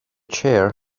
chair